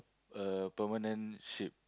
a permanent ship